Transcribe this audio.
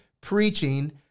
preaching